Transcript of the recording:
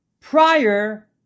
prior